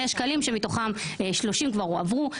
66 מיליון שקלים שמתוכם 30 כבר הועברו,